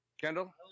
Kendall